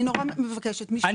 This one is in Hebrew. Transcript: אני נורא מבקשת משפט.